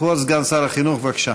כבוד סגן שר החינוך, בבקשה.